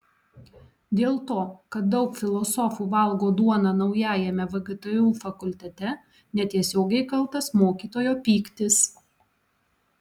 dėl to kad daug filosofų valgo duoną naujajame vgtu fakultete netiesiogiai kaltas mokytojo pyktis